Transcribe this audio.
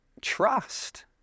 trust